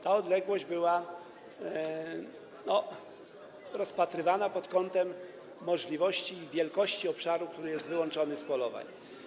Ta odległość była rozpatrywana pod kątem możliwości i wielkości obszaru, który jest wyłączony z polowań.